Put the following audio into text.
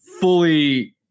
fully